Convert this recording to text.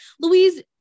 Louise